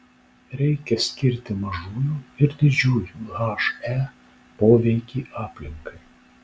reikia skirti mažųjų ir didžiųjų he poveikį aplinkai